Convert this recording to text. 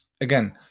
again